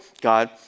God